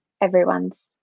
everyone's